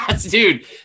Dude